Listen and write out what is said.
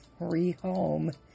rehome